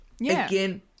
again